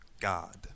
God